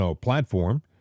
platform